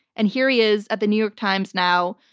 and here he is at the new york times now,